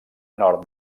nord